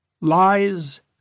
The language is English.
Lies